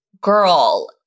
girl